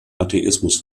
atheismus